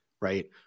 right